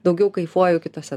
daugiau kaifuoju kituose